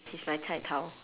he's my cai tau